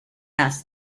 asked